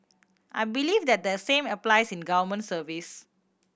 I believe that the same apply in government service